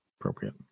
appropriate